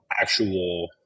actual